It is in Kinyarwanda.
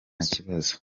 kibazo